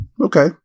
Okay